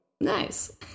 Nice